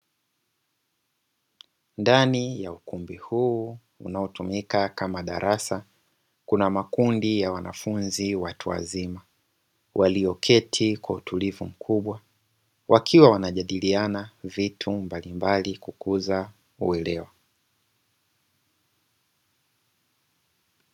Ndani ya ukumbi huu unaotumika kama darasa, kuna makundi ya wanafunzi watu wazima, walioketi kwa utulivu mkubwa, wakiwa wanajadiliana vitu mbalimbali kukuza uelewa.